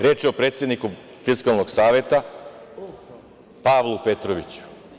Reč je o predsedniku Fiskalnog saveta, Pavlu Petroviću.